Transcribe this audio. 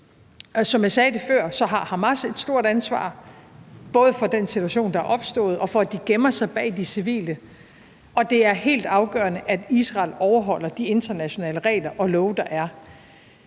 Som jeg sagde det før, har Hamas et stort ansvar, både for den situation, der er opstået, og for at de gemmer sig bag de civile, og det er helt afgørende, at Israel overholder de internationale regler og love, der er.